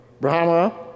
Brahma